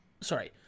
Sorry